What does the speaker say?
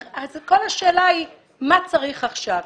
אז כל השאלה היא מה צריך עכשיו.